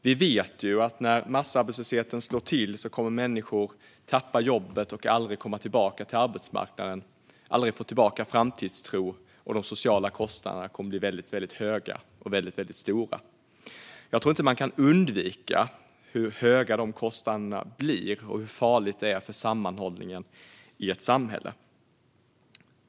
Vi vet att när massarbetslösheten slår till kommer människor att förlora jobbet, aldrig komma tillbaka till arbetsmarknaden och aldrig få tillbaka framtidstron. De sociala kostnaderna kommer att bli väldigt höga. Jag tror inte att man kan övervärdera hur höga dessa kostnader blir och hur farligt detta är för sammanhållningen i ett samhälle.